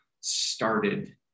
started